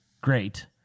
great